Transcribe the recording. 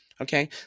Okay